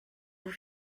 vous